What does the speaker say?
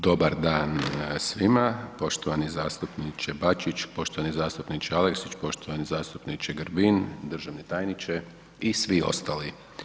Dobar dan svima, poštovani zastupniče Bačić, poštovani zastupniče Aleksić, poštovani zastupniče Grbin, državni tajniče i svi ostali.